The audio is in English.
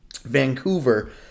Vancouver